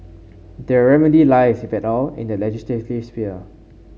their remedy lies if at all in the legislative sphere